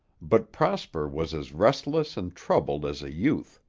but prosper was as restless and troubled as a youth.